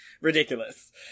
ridiculous